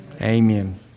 Amen